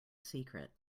secret